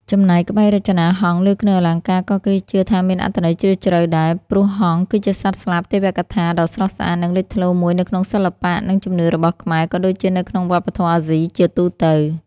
ចំណែក ក្បាច់រចនាហង្សលើគ្រឿងអលង្ការក៏គេជឿថាមានអត្ថន័យជ្រាលជ្រៅដែរ ព្រោះហង្ស គឺជាសត្វស្លាបទេវកថាដ៏ស្រស់ស្អាត និងលេចធ្លោមួយនៅក្នុងសិល្បៈ និងជំនឿរបស់ខ្មែរ ក៏ដូចជានៅក្នុងវប្បធម៌អាស៊ីជាទូទៅ។